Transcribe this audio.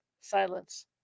Silence